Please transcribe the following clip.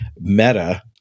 Meta